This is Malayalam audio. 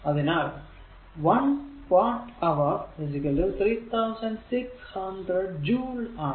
അതിനാൽ 1 വാട്ട് അവർ 3600 ജൂൾ ആണ്